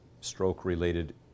stroke-related